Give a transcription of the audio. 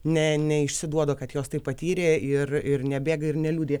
ne neišsiduoda kad jos tai patyrė ir ir nebėga ir neliūdi